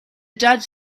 judge